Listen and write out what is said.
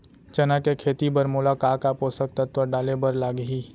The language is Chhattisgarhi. चना के खेती बर मोला का का पोसक तत्व डाले बर लागही?